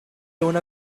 una